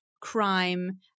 crime